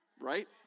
Right